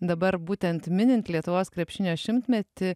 dabar būtent minint lietuvos krepšinio šimtmetį